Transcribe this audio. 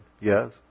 Yes